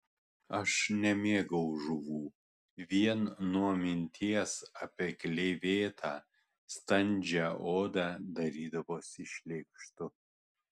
aš nemėgau žuvų vien nuo minties apie gleivėtą standžią odą darydavosi šleikštu